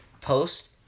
post